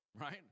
Right